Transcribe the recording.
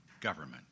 government